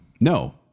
No